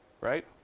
right